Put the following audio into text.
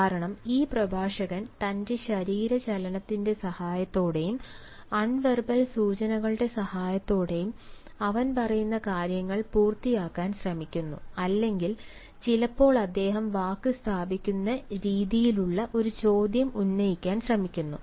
കാരണം ഈ പ്രഭാഷകൻ തന്റെ ശരീരചലനത്തിന്റെ സഹായത്തോടെയും അൺവെർബൽ സൂചകങ്ങളുടെ സഹായത്തോടെയും അവൻ പറയുന്ന കാര്യങ്ങൾ പൂർത്തിയാക്കാൻ ശ്രമിക്കുന്നു അല്ലെങ്കിൽ ചിലപ്പോൾ അദ്ദേഹം വാക്ക് സ്ഥാപിക്കുന്ന രീതിയിലൂടെ ഒരു ചോദ്യം ഉന്നയിക്കാൻ ശ്രമിക്കുന്നു